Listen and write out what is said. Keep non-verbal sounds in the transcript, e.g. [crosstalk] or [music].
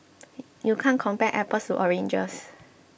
[noise] you can't compare apples to oranges